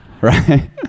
Right